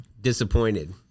Disappointed